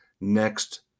next